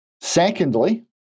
Secondly